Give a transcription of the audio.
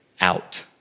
out